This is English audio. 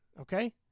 okay